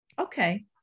Okay